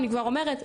אני כבר אומרת,